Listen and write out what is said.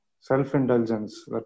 self-indulgence